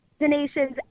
donations